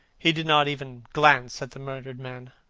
he did not even glance at the murdered man.